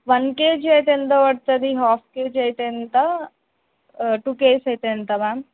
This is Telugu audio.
వన్ కేజీ అయితే ఎంత పడుతుంది హాఫ్ కేజీ అయితే ఎంత టూ కేజీ అయితే ఎంత మ్యామ్